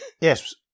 Yes